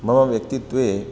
मम व्यक्तित्वे